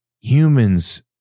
Humans